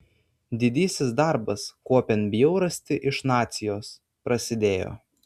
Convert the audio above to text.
didysis darbas kuopiant bjaurastį iš nacijos prasidėjo